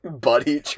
Buddy